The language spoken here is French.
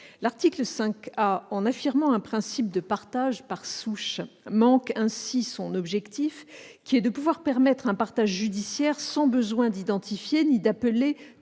L'article 5 A, en affirmant un principe de partage par souche, manque son objectif, qui est de pouvoir permettre un partage judiciaire sans besoin d'identifier ni d'appeler